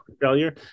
failure